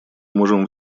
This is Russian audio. можем